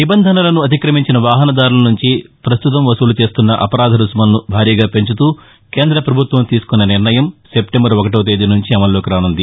నిబంధనలను అతిక్రమించిన వాహసదారుల నుంచి ప్రస్తుతం వసూలు చేస్తున్న అపరాధ రుసుములను భారీగా పెంచుతూ కేంద్ర ప్రభుత్వం తీసుకున్న నిర్ణయం సెప్లెంబరు ఒకటో తేదీ నుంచి అమలులోకి రాసుంది